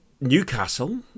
Newcastle